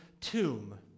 tomb